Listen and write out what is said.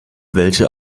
welche